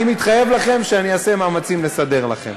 אני מתחייב לכם שאני אעשה מאמצים לסדר לכם.